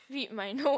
read my note